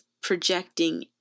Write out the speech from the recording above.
projecting